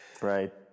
Right